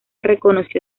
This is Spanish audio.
reconoció